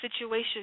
situation